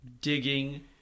digging